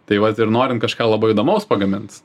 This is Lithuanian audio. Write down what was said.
tai vat ir norint kažką labai įdomaus pagamint